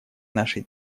нашей